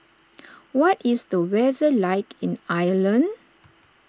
what is the weather like in Ireland